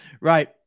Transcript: Right